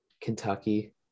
Kentucky